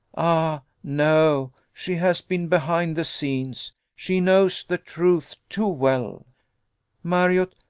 ah! no she has been behind the scenes she knows the truth too well marriott,